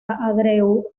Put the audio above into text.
andreu